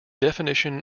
definition